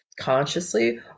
consciously